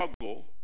struggle